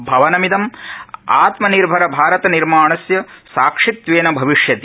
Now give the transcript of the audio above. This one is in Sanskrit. भवनमिदं आत्मनिर्भर भारत निर्माणस्य साक्षित्वेन भविष्यति